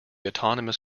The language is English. autonomous